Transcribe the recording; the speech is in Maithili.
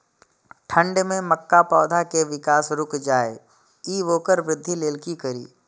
ठंढ में मक्का पौधा के विकास रूक जाय इ वोकर वृद्धि लेल कि करी?